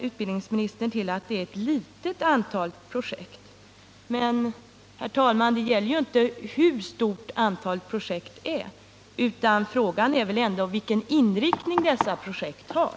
Utbildningsministern hänvisar till att det är ett litet antal projekt, men, herr talman, det gäller ju inte hur stort antalet projekt är, utan frågan är väl ändå vilken inriktning dessa projekt har.